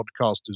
podcasters